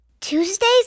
Tuesdays